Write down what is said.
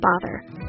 bother